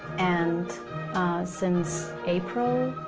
and since april,